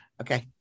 okay